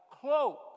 cloak